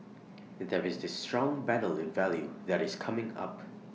there is this strong battle in value that is coming up